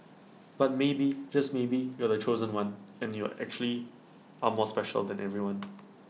but maybe just maybe you're the chosen one and you're actually are more special than everyone